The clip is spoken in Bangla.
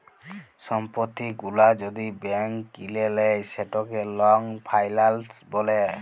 সম্পত্তি গুলা যদি ব্যাংক কিলে লেই সেটকে লং ফাইলাল্স ব্যলে